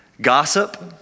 gossip